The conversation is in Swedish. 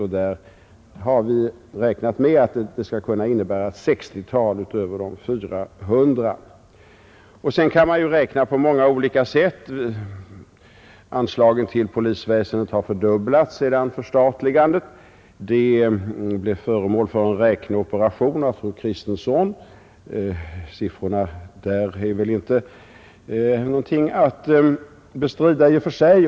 Vi har räknat med att det skall innebära ett 60-tal utöver de 400 nya polistjänsterna. Anslaget till polisväsendet har fördubblats sedan förstatligandet. Där kan man nu räkna på flera olika sätt, och fru Kristensson gjorde också en räkneoperation, vars siffror jag inte vill bestrida i och för sig.